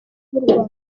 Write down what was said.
b’u